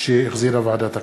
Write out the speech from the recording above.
שהחזירה ועדת הכנסת,